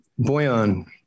Boyan